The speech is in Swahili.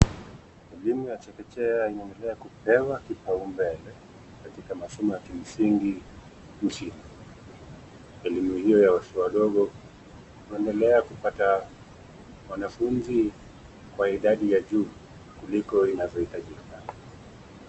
Elimu ya chekechea imeendelea kupewa kipaumbele katika masomo ya kimsingi nchini. Elimu hiyo ya watoto wadogo imeendelea kupata wanafunzi kwa idadi ya juu kuliko inavyohitajika.